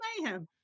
mayhem